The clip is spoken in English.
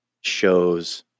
shows